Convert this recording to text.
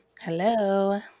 Hello